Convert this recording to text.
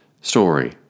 story